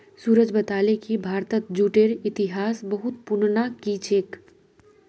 सूरज बताले कि भारतत जूटेर इतिहास बहुत पुनना कि छेक